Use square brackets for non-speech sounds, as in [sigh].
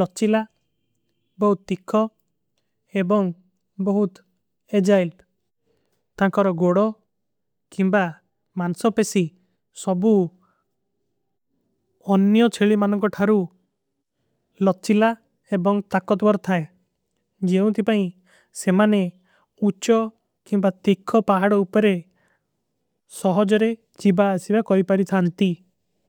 ଲଚ୍ଚିଲା ବହୁତ ତିକ୍ଖ ଏବଂଗ। ବହୁତ ଏଜାଇଲ୍ଡ ତାଂକର ଗୋଡୋ କିମବା ମାନସୋ ପେସୀ ସବୁ। ଅନ୍ଯୋ ଚେଲୀ ମାନୋଂ କୋ ଠାରୂ ଲଚ୍ଚିଲା ଏବଂଗ ତକ୍କତ୍ଵର ଥାଈ। ଜେଵଂ ତୀ ପାହୀ ସେମାନେ ଉଚ୍ଚୋ କିମବା ତିକ୍ଖ ପାହାଡ ଉପରେ। [hesitation] ସହଜରେ ଚିବା ସିଵା କୋଈ ପାରୀ ଥାନତୀ।